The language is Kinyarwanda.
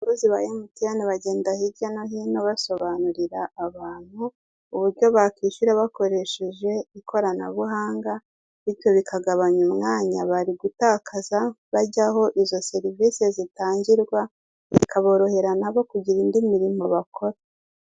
Abakozi ba MTN bagenda hirya no hino basobanurira abantu, uburyo bakwishyura bakoresheje ikoranabuhanga, bityo bikagabanya umwanya bari gutakaza bajya aho izo serivisi zitangirwa, bikaborohera nabo kugira indi mirimo bakora.